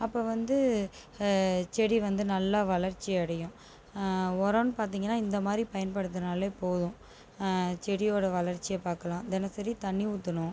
அப்போது வந்து செடி வந்து நல்லா வளர்ச்சி அடையும் உரம் பார்த்திங்கன்னா இந்தமாதிரி பயன்படுத்தினாலே போதும் செடியோடய வளர்ச்சியை பார்க்கலாம் தினசரி தண்ணி ஊற்றணும்